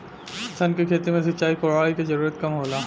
सन के खेती में सिंचाई, कोड़ाई के जरूरत कम होला